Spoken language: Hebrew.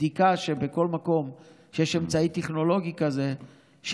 בדיקה שיש אמצעי טכנולוגי כזה בכל מקום,